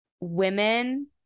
women